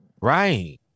Right